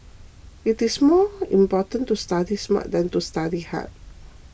it is more important to study smart than to study hard